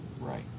Right